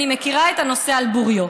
אני מכירה את הנושא על בוריו.